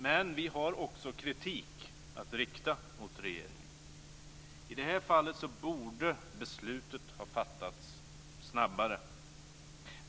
Men vi har också kritik att rikta mot regeringen. I det här fallet borde beslutet ha fattats snabbare.